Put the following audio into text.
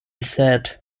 said